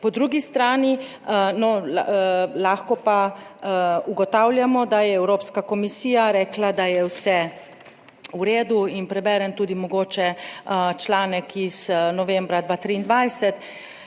Po drugi strani, no, lahko pa ugotavljamo, da je Evropska komisija rekla, da je vse v redu in preberem tudi mogoče članek iz novembra 2023,